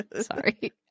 Sorry